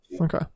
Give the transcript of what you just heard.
Okay